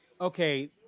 Okay